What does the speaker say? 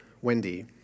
Wendy